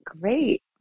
great